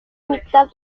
mitad